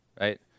right